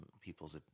people's